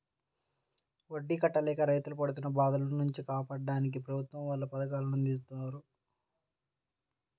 వడ్డీ కట్టలేక రైతులు పడుతున్న బాధల నుంచి కాపాడ్డానికి ప్రభుత్వం వాళ్ళు పథకాలను అందిత్తన్నారు